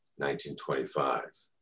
1925